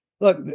look